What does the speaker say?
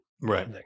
right